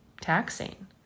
taxing